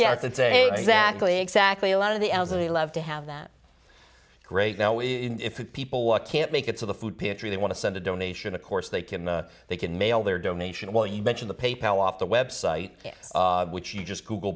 day exactly exactly a lot of the elderly love to have that great now if people walk can't make it to the food pantry they want to send a donation of course they can they can mail their donation while you mention the pay pal off the website which you just google